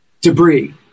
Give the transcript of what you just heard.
debris